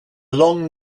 long